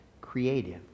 creative